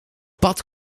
pad